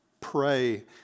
pray